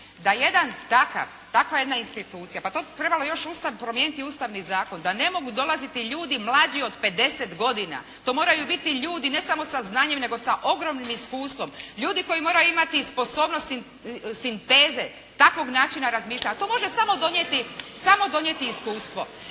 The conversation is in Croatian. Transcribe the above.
da jedan takav, takva jedna institucija. Pa to bi trebalo još Ustav promijeniti, promijeniti Ustavni zakon da ne mogu dolaziti ljudi mlađi od 50 godina. To moraju biti ljudi ne samo sa znanjem, nego sa ogromnim iskustvom, ljudi koji moraju imati sposobnosti sinteze, takvog načina razmišljanja. To može samo donijeti iskustvo.